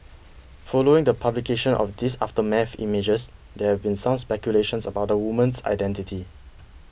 following the publication of these aftermath images there have been some speculations about the woman's identity